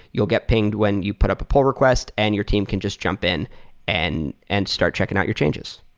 you'll get pinged when you put up a pull request and your team can just jump in and and start checking out your changes.